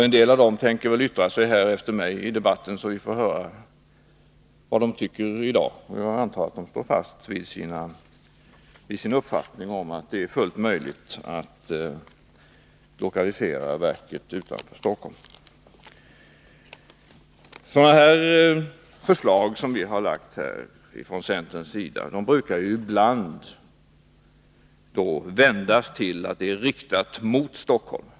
En del av dem skall väl yttra sig här i debatten efter mig, så vi får höra vad de tycker i dag. Jag antar att de står fast vid sin uppfattning att det är fullt möjligt att lokalisera verket utanför Stockholm. Sådana här decentraliseringsförslag som vi har lagt fram från centerns sida brukar ibland vändas till att de skulle vara riktade mot Stockholm.